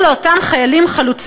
לו כאן החלמה מהירה.